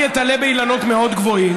אני איתלה באילנות מאוד גבוהים,